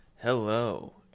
Hello